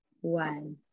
one